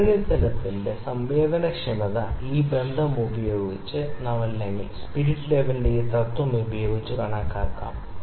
ഉപകരണത്തിന്റെ സംവേദനക്ഷമത ഈ ബന്ധം ഉപയോഗിച്ച് അല്ലെങ്കിൽ സ്പിരിറ്റ് ലെവലിന്റെ ഈ തത്വം ഉപയോഗിച്ച് കണക്കാക്കാം